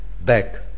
back